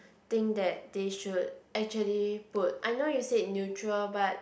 think that they should actually put I know you said neutral but